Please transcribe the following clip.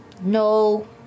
No